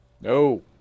No